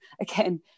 again